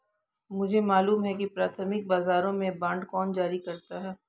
मुझे मालूम है कि प्राथमिक बाजारों में बांड कौन जारी करता है